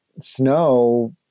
snow